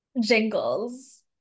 jingles